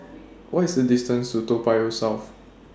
What IS The distance to Toa Payoh South